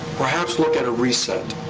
perhaps look at a reset.